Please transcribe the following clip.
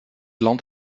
land